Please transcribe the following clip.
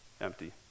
empty